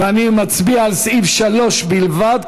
ונצביע על סעיף 3 בלבד,